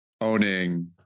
owning